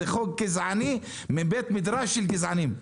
זה חוק גזעני מבית מדרש של גזענים.